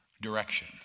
direction